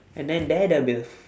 and then there there will